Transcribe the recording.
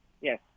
Yes